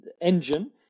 engine